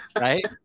Right